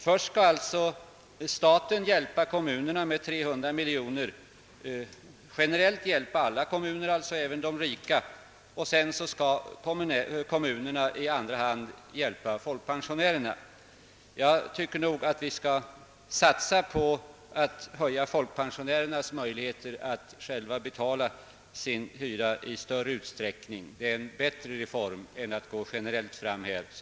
Först skall staten generellt hjälpa alla kommuner, även de rika, med 300 miljoner kronor, och sedan skall kommunerna hjälpa folkpensionärerna. Jag tycker nog som sagt att vi bör satsa på att öka folkpensionärernas möjligheter att själva betala sina hyror. Det är en bättre reform än att gå generellt fram.